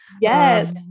Yes